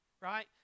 right